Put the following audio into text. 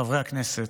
חברי הכנסת,